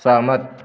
सहमत